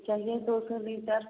चाहिए दो सौ लीटर